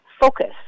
focus